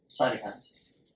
Cytokines